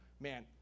Man